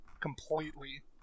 completely